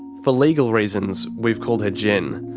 for legal reasons, we've called her jen.